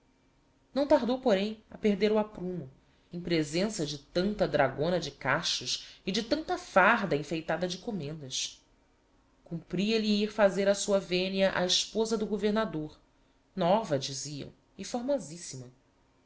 não tardou porém a perder o aprumo em presença de tanta dragona de cachos e de tanta farda enfeitada de commendas cumpria-lhe ir fazer a sua venia á esposa do governador nóva diziam e